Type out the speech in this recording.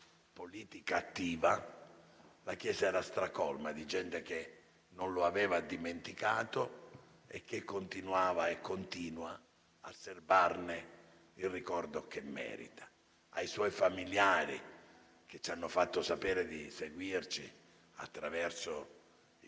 politica attiva, la chiesa era stracolma di gente che non lo aveva dimenticato e che continua a serbarne il ricordo che merita. Ai suoi familiari, che ci hanno fatto sapere di seguirci attraverso il